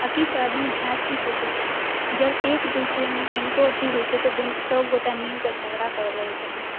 आओर किछु आदमी भैंस भी पोसै छथिन जब एक दूसरेमे कनिको अथी होइ छै तऽ दून सभगोटा मिलकऽ झगड़ा करऽ लगै छथिन